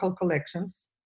collections